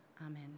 Amen